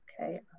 Okay